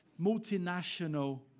multinational